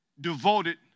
Devoted